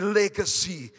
legacy